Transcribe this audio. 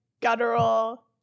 guttural